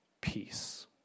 peace